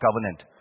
covenant